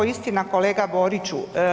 Istina kolega Boriću.